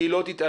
שהיא לא תתעלם,